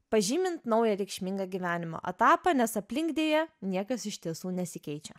pažymint naują reikšmingą gyvenimo etapą nes aplink deja niekas iš tiesų nesikeičia